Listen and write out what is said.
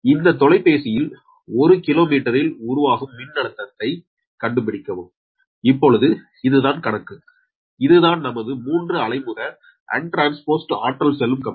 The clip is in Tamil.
இந்த தொலைபேசியில் ஒரு கிலோமீட்டரில் உருவாகும் மின் அழுத்தத்தை கண்டுபிடிக்கவும் இப்பொழுது இதுதான் கணக்கு இதுதான் நமது 3 அலைமுக அன்டிரான்ஸ்போஸ்டு ஆற்றல் செல்லும் கம்பி